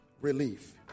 relief